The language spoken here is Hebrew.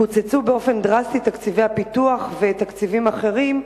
קוצצו באופן דרסטי תקציבי הפיתוח ותקציבים אחרים,